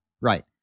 Right